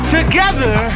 Together